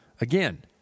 Again